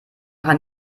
kann